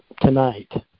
tonight